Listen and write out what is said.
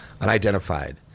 unidentified